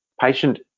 patient